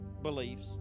Beliefs